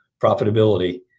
profitability